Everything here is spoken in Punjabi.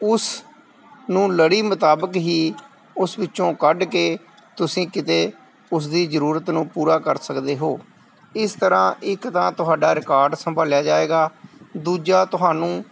ਉਸ ਨੂੰ ਲੜੀ ਮੁਤਾਬਿਕ ਹੀ ਉਸ ਵਿੱਚੋਂ ਕੱਢ ਕੇ ਤੁਸੀਂ ਕਿਤੇ ਉਸ ਦੀ ਜ਼ਰੂਰਤ ਨੂੰ ਪੂਰਾ ਕਰ ਸਕਦੇ ਹੋ ਇਸ ਤਰ੍ਹਾਂ ਇੱਕ ਤਾਂ ਤੁਹਾਡਾ ਰਿਕਾਰਡ ਸੰਭਾਲਿਆ ਜਾਵੇਗਾ ਦੂਜਾ ਤੁਹਾਨੂੰ